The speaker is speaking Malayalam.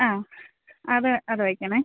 ആ അത് അത് വയ്ക്കണം